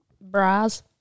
bras